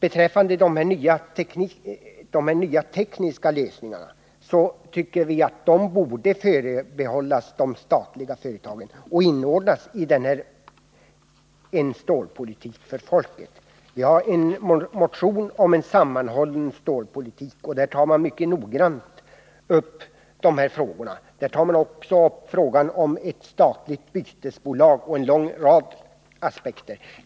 Vad beträffar de nya tekniska lösningarna tycker vi att dessa borde förbehållas de statliga företagen och inordnas i en stålpolitik för folket. Vi har en motion om sammanhållen stålpolitik. Där tar man mycket noggrant upp de här frågorna och även frågan om ett statligt bytesbolag och anför en lång rad aspekter på detta.